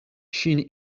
ŝin